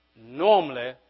normally